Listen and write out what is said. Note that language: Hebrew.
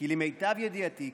כי למיטב ידיעתי,